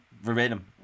verbatim